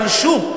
פלשו.